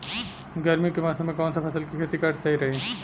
गर्मी के मौषम मे कौन सा फसल के खेती करल सही रही?